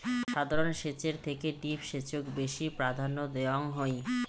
সাধারণ সেচের থেকে ড্রিপ সেচক বেশি প্রাধান্য দেওয়াং হই